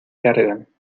cargan